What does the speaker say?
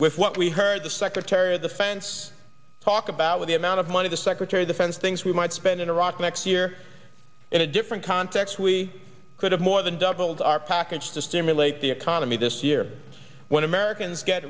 with what we heard the secretary of defense talk about with the amount of money the secretary of defense things we might spend in iraq next year in a different context we could have more than doubled our package to stimulate the economy this year when americans get